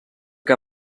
que